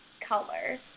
color